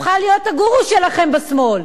הפכה להיות הגורו שלכם בשמאל.